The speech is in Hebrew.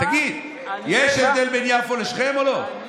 תגיד, יש הבדל בין יפו לשכם או לא?